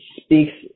speaks